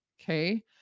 okay